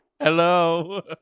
hello